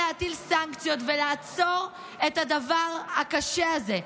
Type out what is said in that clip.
להטיל סנקציות ולעצור את הדבר הקשה הזה.